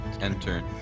Enter